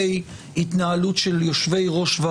אם המליאה עד שבע, תכנס בשבע?